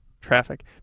Traffic